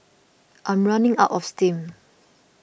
I'm running out of steam